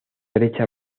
brecha